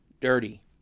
dirty